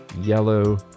yellow